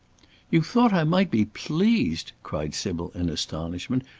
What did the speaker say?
you thought i might be pleased? cried sybil in astonishment.